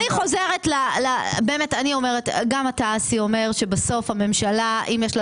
גם אסי אומר שבסוף הממשלה אם יש לה